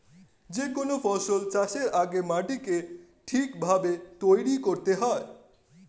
যে কোনো ফসল চাষের আগে মাটিকে ঠিক ভাবে তৈরি করতে হয়